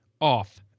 off